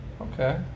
Okay